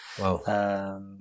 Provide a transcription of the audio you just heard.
wow